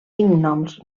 més